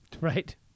right